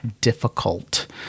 difficult